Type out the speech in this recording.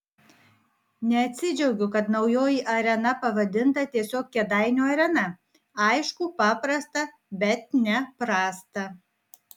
neatsidžiaugiu kad naujoji arena pavadinta tiesiog kėdainių arena aišku paprasta bet ne prasta